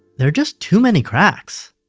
there are just too many cracks